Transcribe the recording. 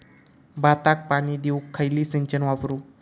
भाताक पाणी देऊक खयली सिंचन वापरू?